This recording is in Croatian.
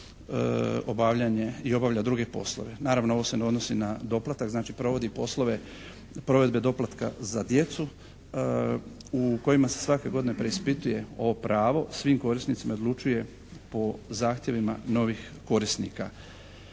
provodi i obavlja druge poslove. Naravno, ovo se ne odnosi na doplatak, znači provodi poslove provedbe doplatka za djecu u kojima se svake godine preispituje ovo pravo, svim korisnicima odlučuje po zahtjevima novih korisnika.